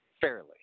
fairly